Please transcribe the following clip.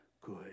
good